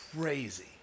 crazy